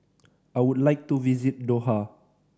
I would like to visit Doha